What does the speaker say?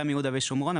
גם יהודה ושומרון,